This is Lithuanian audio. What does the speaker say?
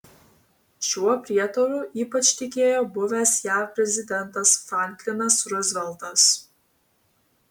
šiuo prietaru ypač tikėjo buvęs jav prezidentas franklinas ruzveltas